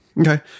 Okay